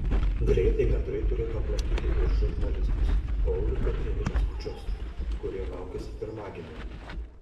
gretai gandrai turėtų aplankyti ir žurnalistus paulių ir indrę skučus kurie laukiasi pirmagimio